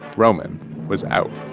roman was out